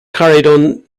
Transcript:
carried